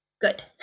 good